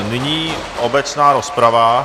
Nyní obecná rozprava.